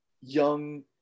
young